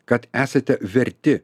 kad esate verti